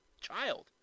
child